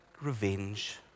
revenge